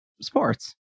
sports